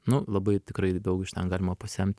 nu labai tikrai daug iš ten galima pasemt